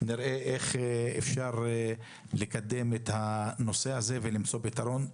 נראה איך אפשר לקדם את הנושא הזה ולמצוא פתרון.